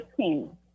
15